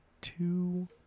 Two